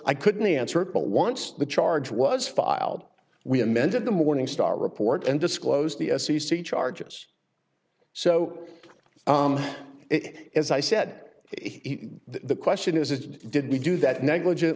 i couldn't answer it but once the charge was filed we amended the morningstar report and disclosed the s e c charges so it is i said he the question is did we do that negligent